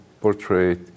portrait